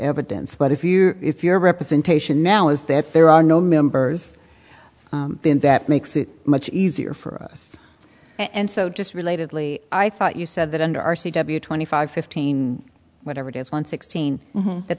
evidence but if you if your representation now is that there are no members then that makes it much easier for us and so just related lee i thought you said that under r c w twenty five fifteen whatever it is one sixteen that th